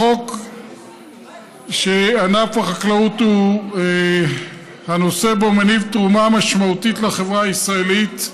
החוק שענף החקלאות הוא הנושא בו מניב תרומה משמעותית לחברה הישראלית,